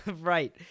Right